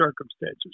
circumstances